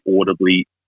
audibly